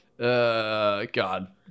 God